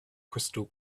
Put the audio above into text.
crystal